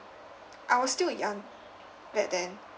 I was still young back then